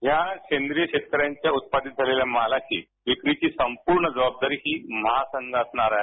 या सेंद्रिय शेतकऱ्यांच्या उत्पादित झालेल्या मालाची विक्रीची संपूर्ण जबाबदारी ही महासंघ असणार आहे